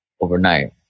overnight